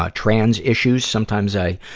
ah trans issues, sometimes i,